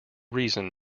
reason